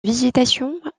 végétation